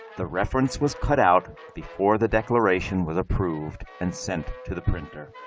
the reference was cut out before the declaration was approved and sent to the printer.